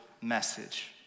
message